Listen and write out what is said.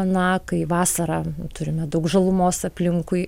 na kai vasarą turime daug žalumos aplinkui